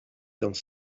dans